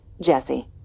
Jesse